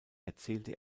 erzählte